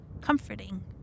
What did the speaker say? comforting